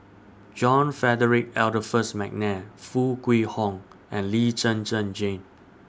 John Frederick Adolphus Mcnair Foo Kwee Horng and Lee Zhen Zhen Jane